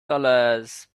dollars